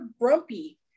grumpy